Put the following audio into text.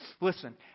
listen